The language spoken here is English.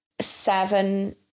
seven